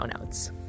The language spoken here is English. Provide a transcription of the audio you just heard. notes